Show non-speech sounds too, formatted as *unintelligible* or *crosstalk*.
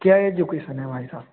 क्या एजुकेसन है *unintelligible*